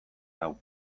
hau